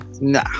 No